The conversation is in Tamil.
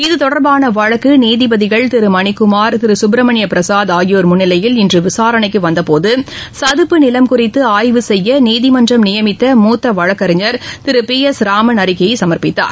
இது தொடர்பான வழக்கு நீதபதிகள் திரு மணிக்குமார் திரு சுப்ரமணியபிரசாத் ஆகியோர் முன்னிலையில் இன்று விளரணைக்கு வந்தபோது சதுப்பு நிலம் குறித்து ஆய்வு செய்ய நீதிமன்றம் நியமித்த மூத்த வழக்கறிஞர் திரு பி எஸ் ராமன் அறிக்கையை சமர்ப்பித்தார்